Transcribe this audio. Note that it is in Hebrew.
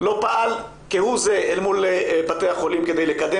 הוא לא פעל כהוא זה מול בתי החולים כדי לקדם